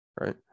right